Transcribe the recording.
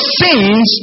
sins